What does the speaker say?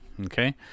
okay